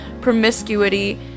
promiscuity